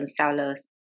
sellers